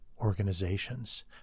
organizations